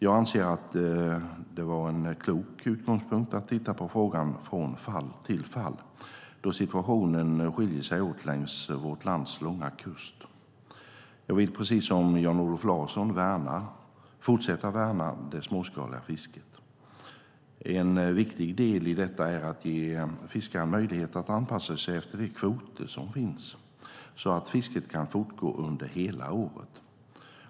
Jag anser det vara en klok utgångspunkt att titta på frågan från fall till fall, då situationen skiljer sig åt längs vårt lands långa kust. Jag vill precis som Jan-Olof Larsson fortsätta värna det småskaliga fisket. En viktig del i detta är att ge fiskaren möjlighet att anpassa sig efter de kvoter som finns, så att fisket kan fortgå under hela året.